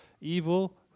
evil